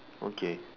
okay